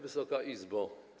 Wysoka Izbo!